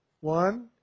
One